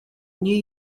new